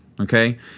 Okay